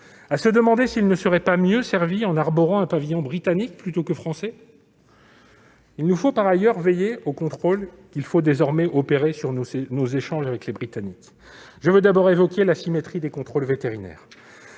à se demander s'ils ne seraient pas mieux servis en arborant un pavillon britannique plutôt que français. Il s'agit, par ailleurs, de veiller aux contrôles qu'il faut désormais opérer sur nos échanges avec les Britanniques, notamment l'asymétrie des contrôles vétérinaires.